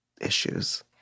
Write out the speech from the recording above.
issues